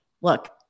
Look